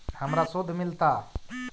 हमरा शुद्ध मिलता?